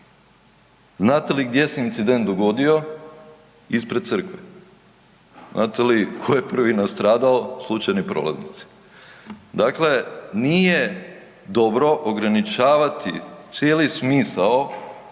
Znate li gdje se incident dogodio? Ispred crkve. Znate li tko je prvi nastradao? Slučajni prolaznici. Dakle, nije dobro ograničavati cijeli smisao